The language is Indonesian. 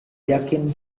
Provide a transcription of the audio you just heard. yakin